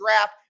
draft